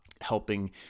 helping